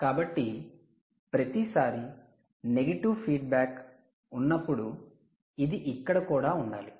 కాబట్టి ప్రతిసారీ negative feedback ఉన్నప్పుడు అది ఇక్కడ కూడా ఉండాలి